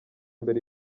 mbere